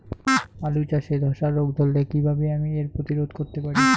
আলু চাষে ধসা রোগ ধরলে আমি কীভাবে এর প্রতিরোধ করতে পারি?